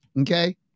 Okay